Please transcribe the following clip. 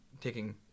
taking